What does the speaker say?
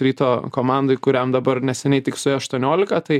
ryto komandoj kuriam dabar neseniai tik suėjo aštuoniolika tai